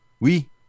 Oui